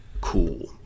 cool